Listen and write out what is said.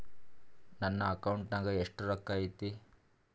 ನನ್ನ ಅಕೌಂಟ್ ನಾಗ ಎಷ್ಟು ರೊಕ್ಕ ಐತಿ?